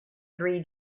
three